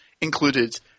included